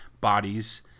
bodies